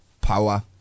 power